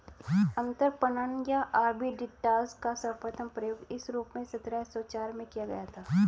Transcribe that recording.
अंतरपणन या आर्बिट्राज का सर्वप्रथम प्रयोग इस रूप में सत्रह सौ चार में किया गया था